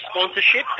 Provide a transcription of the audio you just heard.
sponsorship